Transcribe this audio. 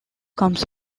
comes